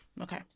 Okay